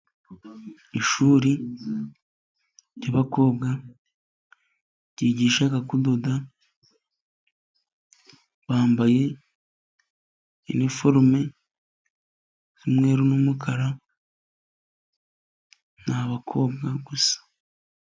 Ishuri ry'abakobwa ryigisha kudoda , bambaye iniforume y'umweru n'umukara ni abakobwa gusa.